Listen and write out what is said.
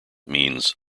means